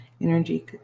energy